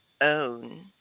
own